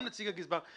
גם נציג הגזבר.